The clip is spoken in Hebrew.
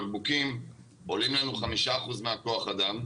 בקבוקים עולים לנו 5% מכוח האדם,